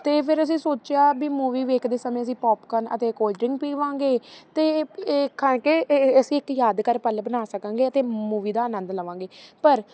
ਅਤੇ ਫੇਰ ਅਸੀਂ ਸੋਚਿਆ ਵੀ ਮੂਵੀ ਵੇਖਦੇ ਸਮੇਂ ਅਸੀਂ ਪੋਪਕੋਨ ਅਤੇ ਕੋਲਡ ਡਰਿੰਕ ਪੀਵਾਂਗੇ ਅਤੇ ਇਹ ਇਹ ਕਰਕੇ ਇਹ ਅਸੀਂ ਇੱਕ ਯਾਦਗਾਰ ਪਲ ਬਣਾ ਸਕਾਂਗੇ ਅਤੇ ਮੂਵੀ ਦਾ ਅਨੰਦ ਲਵਾਂਗੇ ਪਰ